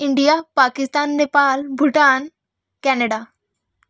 India Pakistan Nepal Bhutan Canada